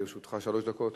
לרשותך שלוש דקות.